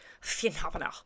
Phenomenal